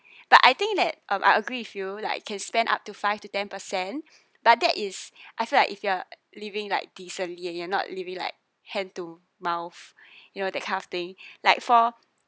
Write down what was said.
but I think that um I agree with you like I can spend up to five to ten percent but that is I feel like if you're living like decently ah you're not living like hand to mouth you know that kind of thing like for